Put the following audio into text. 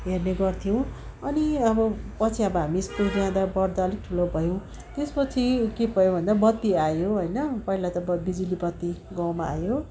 हेर्ने गर्थ्यौँ अनि अब पछि अब हामी स्कुल जाँदा पढ्दा अलिक ठुलो भयौँ त्यसपछि के भयो भन्दा बत्ती आयो होइन पहिला त ब बिजुली बत्ती गाउँमा आयो